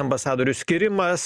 ambasadorių skyrimas